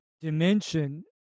dimension